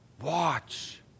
watch